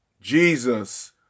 Jesus